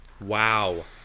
Wow